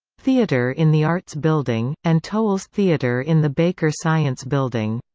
theatre in the arts building, and towles theater in the baker science building.